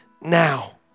now